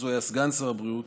אז הוא היה סגן שר הבריאות,